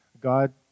God